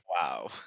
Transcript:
wow